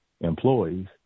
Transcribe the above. employees